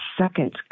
second